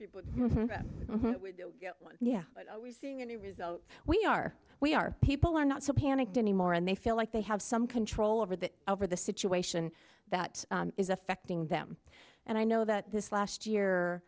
that yeah we seeing any results we are we are people are not so panicked anymore and they feel like they have some control over that over the situation that is affecting them and i know that this last year